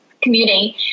commuting